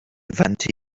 wandte